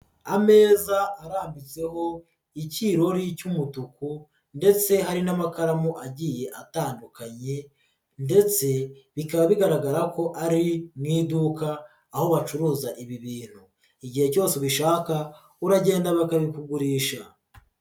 Ameza arambitseho icyirori cy'umutuku ndetse hari n'amakaramu agiye atandukanye ndetse bikaba bigaragara ko ari mu iduka aho bacuruza ibi bintu igihe cyose ubishaka uragenda bakabikugurisha.